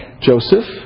Joseph